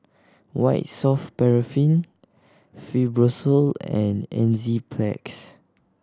White Soft Paraffin Fibrosol and Enzyplex